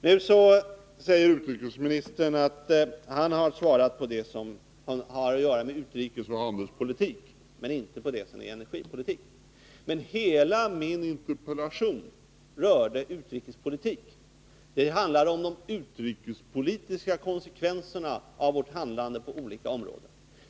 Nu säger utrikesministern att han har svarat på det som har att göra med utrikesoch handelspolitik men inte på det som har att göra med energipolitik. Hela min interpellation berör emellertid utrikespolitik. Den handlar om de utrikespolitiska konsekvenserna av vårt handlande på olika områden.